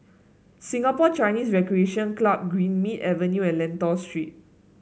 Singapore Chinese Recreation Club Greenmead Avenue and Lentor Street